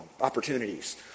opportunities